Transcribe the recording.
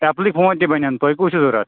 ایپلٕکۍ phone تہِ بَنٮ۪ن تۄہہِ کُس چھُ ضوٚرَتھ